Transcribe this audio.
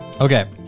Okay